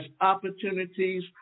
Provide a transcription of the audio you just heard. opportunities